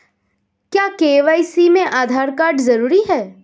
क्या के.वाई.सी में आधार कार्ड जरूरी है?